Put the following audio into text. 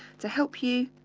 to help you,